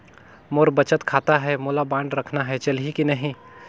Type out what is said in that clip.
मोर बचत खाता है मोला बांड रखना है चलही की नहीं?